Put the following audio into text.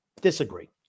Disagree